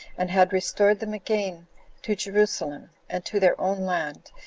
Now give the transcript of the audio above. and had restored them again to jerusalem, and to their own land,